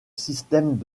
systèmes